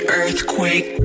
earthquake